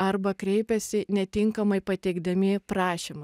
arba kreipiasi netinkamai pateikdami prašymą